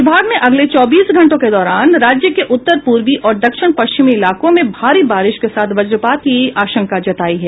विभाग ने अगले चौबीस घंटों के दौरान राज्य के उत्तर पूर्वी और दक्षिण पश्चिम इलाकों में भारी बारिश के साथ वजपात की आशंका जतायी है